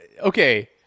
okay